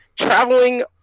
traveling